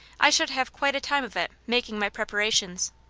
i should have quite a time of it, making my prepar ations.